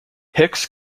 hicks